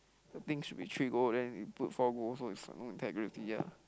the thing should be three goal then you put four goal so it's no integrity ah